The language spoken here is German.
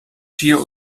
schier